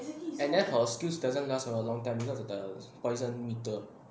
and then her skills doesn't last for a long time because of the poison meter